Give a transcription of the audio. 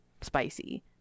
spicy